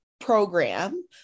program